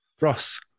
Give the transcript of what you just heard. Ross